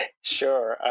Sure